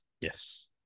Yes